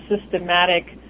systematic